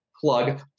plug